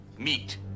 meet